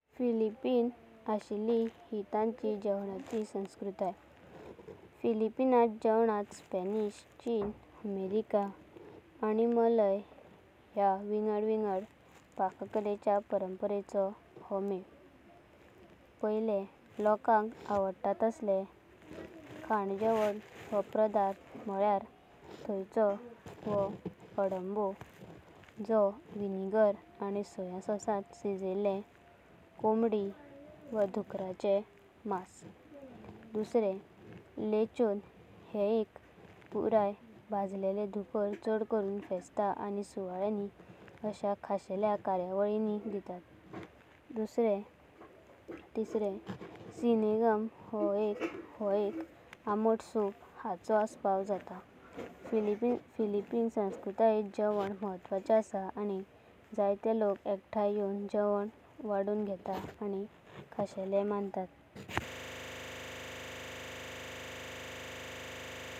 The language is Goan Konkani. फिलिपेअन्सांत अशिलि हे तांचि जेवणाचि संस्कृताय फिलिपेअन जेवणाथ स्पॅनिश। चिनी अमेरिकन आनी मलाय ह्या विंगड-विंगड पाककलेचा परंपरेचो मेला। लोकांका आवडता तशले खाना-जेवणान हो पदार्थ म्हालयार थयचो हो अडोबो। जो, विनेगर आनी सोया सासांत शिजयले कॉंबडी वा डुकराचें मांसा। लेछोन एक पुरया भजलेलो दुकारा छड करून फेस्टा। आनी सुआले अशा खासेल्या प्रसंगांछेरां दीतात। सिनिगांग हो एक आंबट सूपा हांचो असापावा जाता फिलपिना संस्कृतायेन्नत। जेवण महत्वाचें असां आनी जाय ते लोक एकठयां यात्रेवण वाडून घेता आनी मगरी खासेलेम मानततां।